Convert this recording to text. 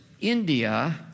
India